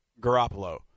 Garoppolo